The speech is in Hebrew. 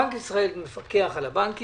בנק ישראל מפקח על הבנקים,